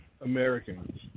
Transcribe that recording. Americans